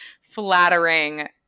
flattering